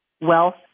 wealth